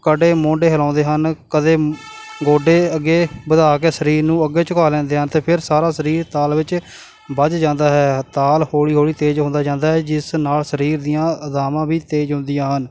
ਕਦੇ ਮੋਢੇ ਹਿਲਾਉਂਦੇ ਹਨ ਕਦੇ ਗੋਡੇ ਅੱਗੇ ਵਧਾ ਕੇ ਸਰੀਰ ਨੂੰ ਅੱਗੇ ਝੁਕਾ ਲੈਂਦੇ ਹਾਂ ਅਤੇ ਫਿਰ ਸਾਰਾ ਸਰੀਰ ਤਾਲ ਵਿੱਚ ਬੱਝ ਜਾਂਦਾ ਹੈ ਤਾਲ ਹੌਲੀ ਹੌਲੀ ਤੇਜ਼ ਹੁੰਦਾ ਜਾਂਦਾ ਹੈ ਜਿਸ ਨਾਲ ਸਰੀਰ ਦੀਆਂ ਅਜ਼ਾਵਾਂ ਵੀ ਤੇਜ਼ ਹੁੰਦੀਆਂ ਹਨ